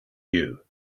you